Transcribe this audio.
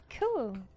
Cool